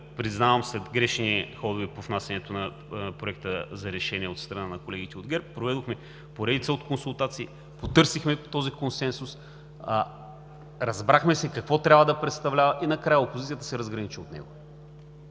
признавам, след грешни ходове по внасянето на Проекта за решение от страна на колегите от ГЕРБ, проведохме поредица от консултации, потърсихме този консенсус, разбрахме се какво трябва да представлява и накрая опозицията се разграничи от него.